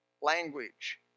language